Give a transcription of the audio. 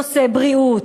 בנושא בריאות,